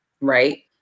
right